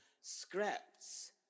scripts